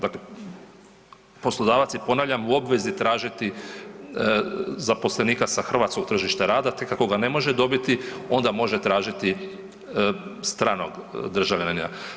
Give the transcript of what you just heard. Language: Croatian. Dakle, poslodavac je, ponavljam, u obvezi tražiti zaposlenika sa hrvatskog tržišta rada, tek ako ga ne može dobiti, onda može tražiti stranog državljanina.